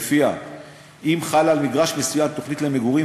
שלפיה אם חלה על מגרש מסוים תוכנית למגורים